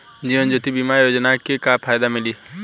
जीवन ज्योति बीमा योजना के का फायदा मिली?